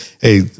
hey